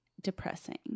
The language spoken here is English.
depressing